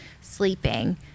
sleeping